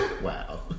Wow